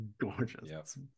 gorgeous